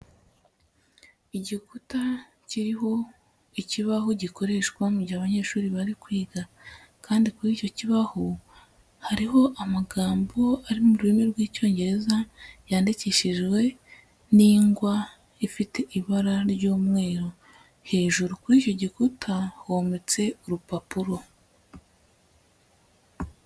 Igikuta kiriho ikibaho gikoreshwa mu gihe abanyeshuri bari kwiga kandi kuri icyo kibaho, hariho amagambo ari mu rurimi rw'Icyongereza, yandikishijwe n'ingwa ifite ibara ry'umweru, hejuru kuri icyo gikuta hometse urupapuro.